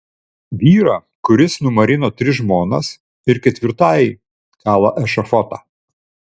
vyrą kuris numarino tris žmonas ir ketvirtajai kala ešafotą